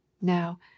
Now